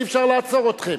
ואז אי-אפשר לעצור אתכם.